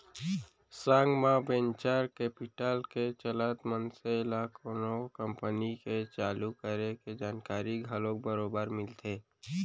संग म venture capital के चलत मनसे ल कोनो कंपनी के चालू करे के जानकारी घलोक बरोबर मिलथे